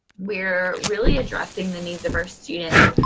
we're really addressing the needs of our students.